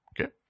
Okay